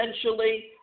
essentially